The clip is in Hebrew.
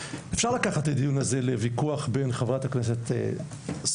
אפשר לקחת את הדיון והוויכוח בין חברת הכנסת סון